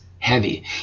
heavy